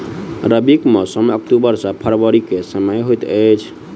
रबीक मौसम अक्टूबर सँ फरबरी क समय होइत अछि